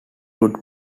would